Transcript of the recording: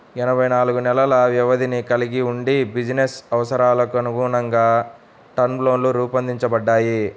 ఎనభై నాలుగు నెలల వ్యవధిని కలిగి వుండి బిజినెస్ అవసరాలకనుగుణంగా టర్మ్ లోన్లు రూపొందించబడ్డాయి